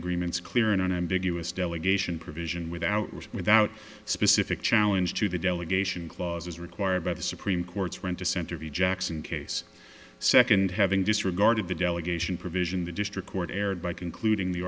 agreements clear and unambiguous delegation provision without without specific challenge to the delegation clause as required by the supreme court's rent a center v jackson case second having disregarded the delegation provision the district court erred by concluding the